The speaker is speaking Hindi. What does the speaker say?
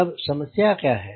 तब समस्या क्या है